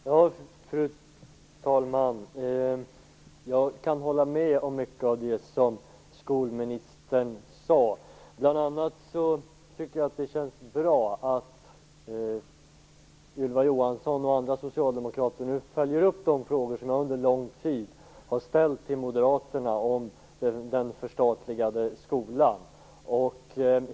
Fru talman! Jag kan hålla med om mycket av det som skolministern sade. Bl.a. känns det bra att Ylva Johansson och andra socialdemokrater nu följer upp de frågor som jag under lång tid har ställt till Moderaterna om den förstatligade skolan.